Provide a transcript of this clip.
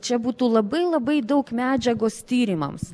čia būtų labai labai daug medžiagos tyrimams